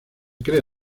crea